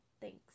thanks